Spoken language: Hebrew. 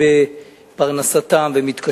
ואני דווקא